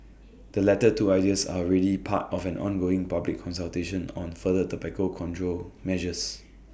the latter two ideas are already part of an ongoing public consultation on further tobacco control measures